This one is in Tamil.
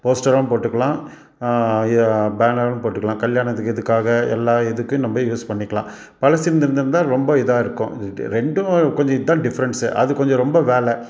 போஸ்டராகவும் போட்டுக்கலாம் இ பேனரும் போட்டுக்கலாம் கல்யாணத்துக்கு இதுக்காக எல்லா இதுக்கும் நம்ம யூஸ் பண்ணிக்கலாம் பழசு இந் இருந்திருந்தா ரொம்ப இதாக இருக்கும் ரெண்டும் கொஞ்சம் இதுதான் டிஃப்ரென்ஸு அது கொஞ்சம் ரொம்ப வேலை